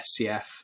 SCF